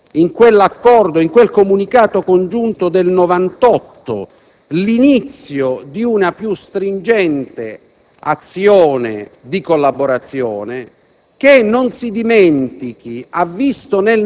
come ha giustamente richiamato il presidente Dini, in quel comunicato congiunto del 1998 l'inizio di una più stringente azione di collaborazione